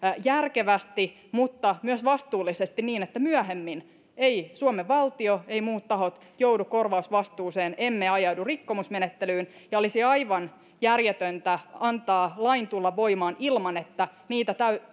järkevästi mutta myös vastuullisesti niin että myöhemmin ei suomen valtio eivätkä muut tahot joudu korvausvastuuseen emmekä ajaudu rikkomusmenettelyyn olisi aivan järjetöntä antaa lain tulla voimaan ilman että niitä